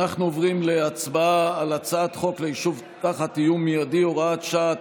אנחנו עוברים להצבעה על הצעת חוק ליישוב תחת איום מיידי (הוראת שעה),